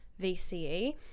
VCE